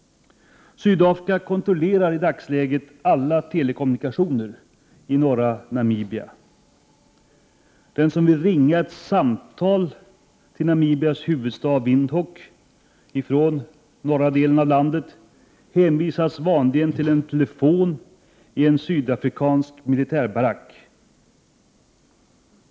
Sydafrika kontrollerar i dagsläget alla telekommunikationer i norra Namibia Den som vill ringa ett samtal till Namibias huvudstad Windhoek ifrån norra delen av landet, hänvisas vanligen till en telefon i en sydafrikansk militärbarack.